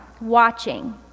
watching